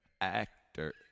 actor